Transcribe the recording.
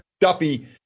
Duffy